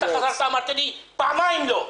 עם מי התייעצת וחזרת ואמרת לי פעמיים לא.